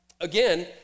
Again